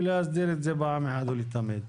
להסדיר את זה פעם אחת ולתמיד.